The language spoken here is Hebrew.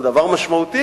זה דבר משמעותי,